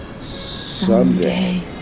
Someday